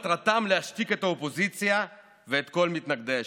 להביא אותנו מפגרה, בתוך סגר, ולהשאיר אותנו עד